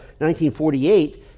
1948